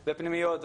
פנימיות,